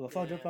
ya ya ya